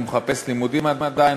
הוא מחפש לימודים עדיין,